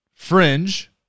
Fringe